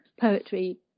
poetry